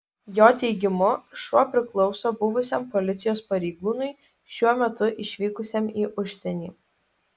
jo teigimu šuo priklauso buvusiam policijos pareigūnui šiuo metu išvykusiam į užsienį